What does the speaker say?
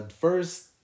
first